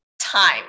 time